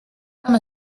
amb